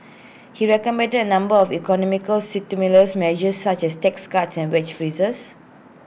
he recommended A number of economic stimulus measures such as tax cuts and wage freezes